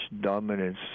dominance